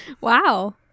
Wow